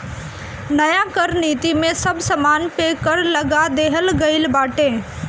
नया कर नीति में सब सामान पे कर लगा देहल गइल बाटे